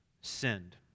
sinned